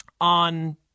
on